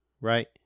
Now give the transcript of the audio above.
Right